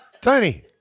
Tony